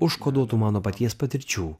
užkoduotų mano paties patirčių